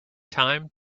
time